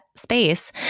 space